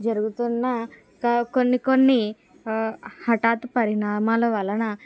జరుగుతున్న క కొన్ని కొన్ని హఠాత్ పరిణామాల వలన